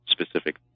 specific